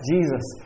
Jesus